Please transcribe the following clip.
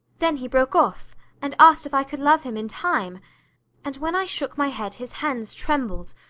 then he broke off and asked if i could love him in time and when i shook my head his hands trembled,